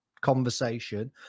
conversation